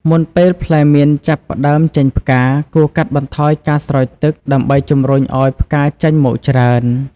មុនពេលផ្លែមៀនចាប់ផ្តើមចេញផ្កា គួរកាត់បន្ថយការស្រោចទឹកដើម្បីជំរុញឱ្យផ្កាចេញមកច្រើន។